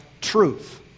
truth